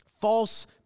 false